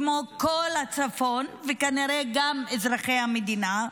כמו כל הצפון וכנראה גם אזרחי המדינה,